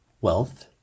wealth